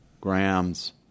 grams